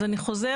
אז אני חוזרת,